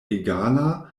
egala